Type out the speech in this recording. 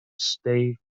stay